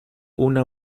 una